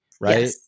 Right